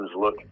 look